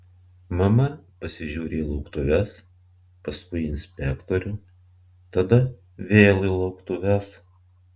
mama pasižiūri į lauktuves paskui į inspektorių tada vėl į lauktuves